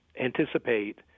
anticipate